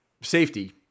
safety